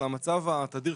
אבל המצב התדיר,